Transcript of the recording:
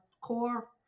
core